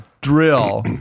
drill